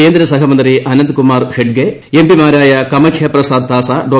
കേന്ദ്രസഹമന്ത്രി ആനന്ദ്കുമാർ ഹെഗ്ഡെ എം പിമാരായ കമഖ്യ പ്രസാദ് താസ ഡോ